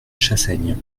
chassaigne